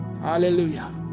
hallelujah